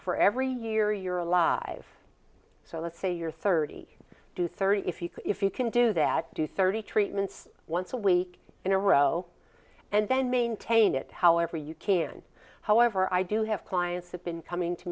for every year you're alive so let's say you're thirty to thirty if you can if you can do that do thirty treatments once a week in a row and then maintain it however you can however i do have clients that been coming to